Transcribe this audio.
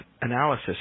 analysis